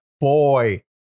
boy